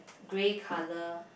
grey color